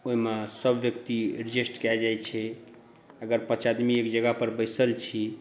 ओहिमे सब व्यक्ति एडजस्ट कए जाइ छै अगर पांच आदमी एक जगह पर बैसल छी